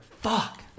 Fuck